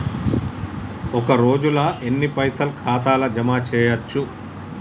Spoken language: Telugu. ఒక రోజుల ఎన్ని పైసల్ ఖాతా ల జమ చేయచ్చు?